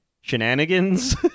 shenanigans